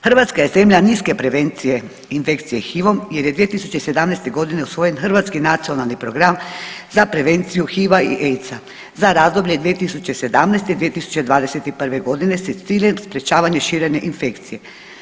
Hrvatska je zemlja niske prevencije infekcije HIV-om jer je 2017. godine usvojen hrvatski Nacionalni program za prevenciju HIV-a i AIDS-a za razdoblje 2017. – 2021. godine s ciljem sprječavanja širenja infekcije.